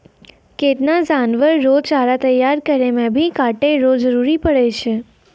केतना जानवर रो चारा तैयार करै मे भी काटै रो जरुरी पड़ै छै